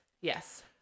Yes